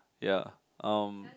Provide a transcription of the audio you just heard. ya um